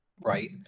Right